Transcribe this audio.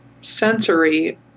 sensory